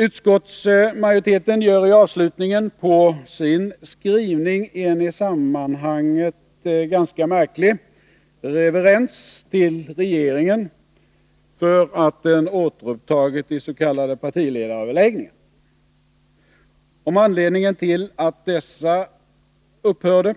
Utskottsmajoriteten gör i avslutningen på sin skrivning en i sammanhanget ganska märklig reverens för regeringen för att den återupptagit de s.k. partiledaröverläggningarna. Om anledningen till att dessa för